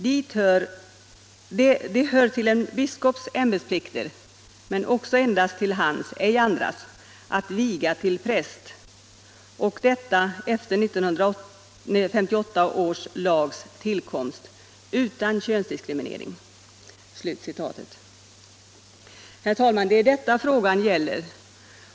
Det hör till en biskops ämbetsplikter — men också endast till hans, ej andras — att viga till präst, och detta, efter 1958 års lags tillkomst, utan könsdiskriminering.” Herr talman! Det är detta frågan gäller.